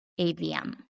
AVM